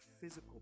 physical